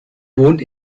wohnt